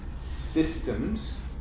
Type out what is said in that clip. systems